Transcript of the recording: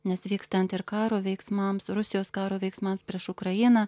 nes vykstant ir karo veiksmams rusijos karo veiksmams prieš ukrainą